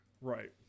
Right